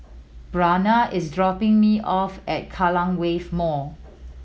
Bryana is dropping me off at Kallang Wave Mall